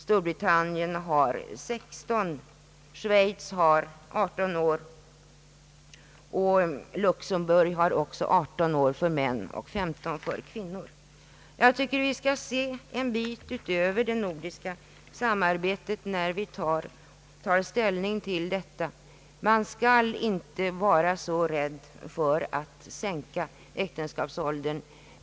Storbritannien har stipulerat 16 år och Schweiz 18. Luxemburg har också 18 år för män och 15 för kvinnor. Jag tycker att vi skall se ett stycke utöver det nordiska samarbetet när vi tar ställning till detta spörsmål. Man skall inte vara så rädd för att sänka äktenskapsåldern.